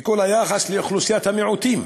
בכל היחס לאוכלוסיית המיעוטים.